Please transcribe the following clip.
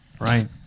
right